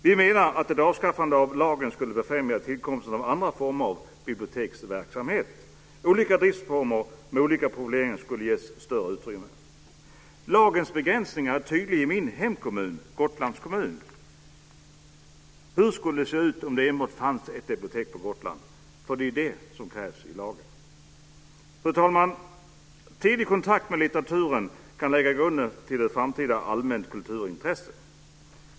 Vi menar att ett avskaffande av lagen skulle befrämja tillkomsten av andra former av biblioteksverksamhet. Olika driftsformer med olika profilering skulle ges större utrymme. Lagens begränsningar är tydliga i min hemkommun, Gotlands kommun. Hur skulle det se ut om det fanns enbart ett bibliotek på Gotland? Det är ju det som krävs i lagen. Fru talman! Tidig kontakt med litteraturen kan lägga grunden till ett framtida allmänt kulturintresse.